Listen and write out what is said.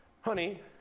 Honey